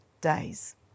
days